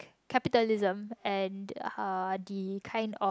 capitalism and the kind of